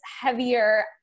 heavier